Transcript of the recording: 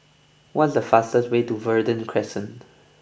what is the fastest way to Verde Crescent